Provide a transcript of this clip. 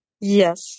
Yes